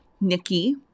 Nikki